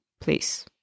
please